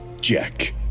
jack